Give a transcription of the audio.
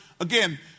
again